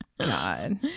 God